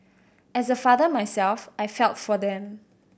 as a father myself I felt for them